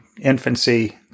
infancy